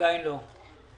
עדיין לא.